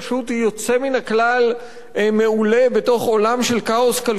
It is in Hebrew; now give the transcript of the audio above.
פשוט יוצא מן הכלל מעולה בתוך עולם של כאוס כלכלי,